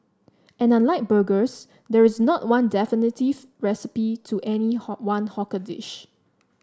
and unlike burgers there is not one definitive recipe to any one hawker dish